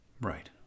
Right